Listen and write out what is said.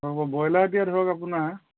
হ'ব ব্ৰইলাৰ এতিয়া ধৰি লওক আপোনাৰ